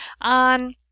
on